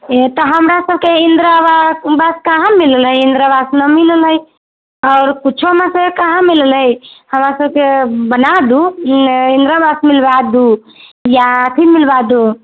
तऽ हमरा सब के इन्दिरा आवास बस कहाँ मिललै इंदिरा आवास न मिलल हय आओर किछो हमरा सब के कहाँ मिललै अइ हमरा सब दू इंदिरा आवास मिलवा दू या अथि मिलवा दू